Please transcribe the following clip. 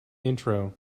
intro